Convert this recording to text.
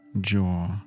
jaw